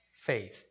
faith